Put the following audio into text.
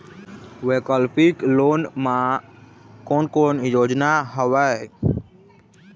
वैकल्पिक लोन मा कोन कोन योजना हवए?